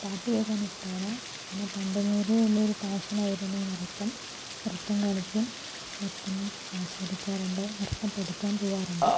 പാട്ട് കേൾക്കാനിഷ്ടമാണ് പിന്നെ പണ്ട് മുതല് ഉള്ള ഒരു പാഷനായിരുന്നു നൃത്തം നൃത്തം കളിക്കും നൃത്തം ആസ്വദിക്കാറുണ്ട് നൃത്തം പഠിക്കാൻ പോകാറുണ്ട്